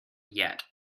yet